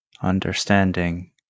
understanding